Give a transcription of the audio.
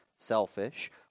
selfish